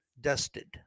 dusted